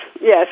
Yes